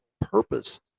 purpose